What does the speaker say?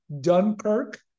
Dunkirk